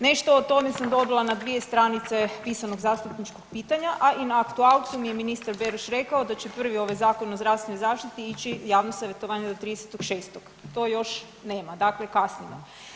Nešto o tome sam dobila na dvije stranice pisanog zastupničkog pitanja, a i na aktualcu mi je ministar Beroš rekao da će prvi ovaj Zakon o zdravstvenoj zaštiti ići u javno savjetovanje do 30.6., to još nema, dakle kasnimo.